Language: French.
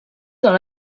dans